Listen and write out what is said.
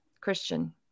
Christian